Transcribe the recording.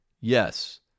yes